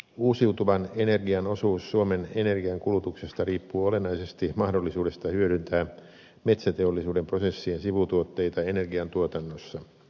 uusiutuvan energian osuus suomen energiankulutuksesta riippuu olennaisesti mahdollisuudesta hyödyntää metsäteollisuuden prosessien sivutuotteita energiantuotannossa